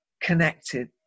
connected